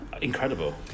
Incredible